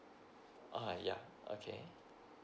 oh yeah okay